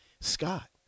Scott